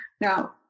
Now